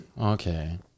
okay